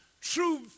True